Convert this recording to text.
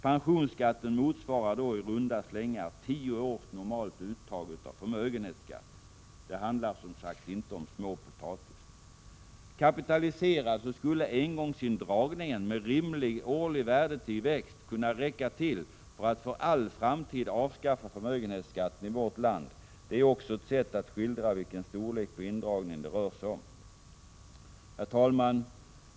Pensionsskatten motsvarar då i runda slängar tio års normalt uttag av förmögenhetsskatt. Det handlar som sagt inte om småpotatis. Kapitaliserad skulle engångsindragningen med rimlig årlig värdetillväxt kunna räcka till att för all framtid avskaffa förmögenhetsskatten i vårt land. Det är också ett sätt att skildra vilken storlek på indragningen det rör sig om. Herr talman!